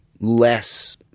less